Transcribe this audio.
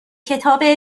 کتاب